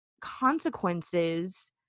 consequences